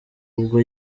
ubwo